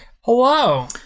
Hello